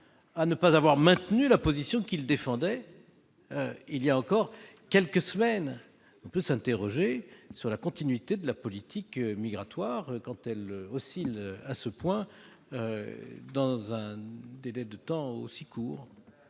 à ne pas avoir maintenu la position qu'il défendait voilà quelques semaines. On peut s'interroger sur la continuité de la politique migratoire quand elle oscille à ce point dans un délai aussi court